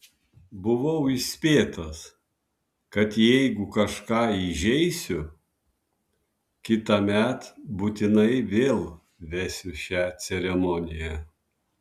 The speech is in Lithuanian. buvau įspėtas kad jeigu kažką įžeisiu kitąmet būtinai vėl vesiu šią ceremoniją